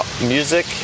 music